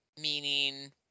meaning